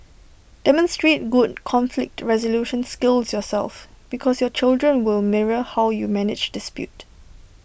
demonstrate good conflict resolution skills yourself because your children will mirror how you manage dispute